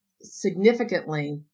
significantly